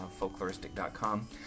Folkloristic.com